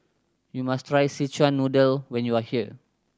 you must try Szechuan Noodle when you are here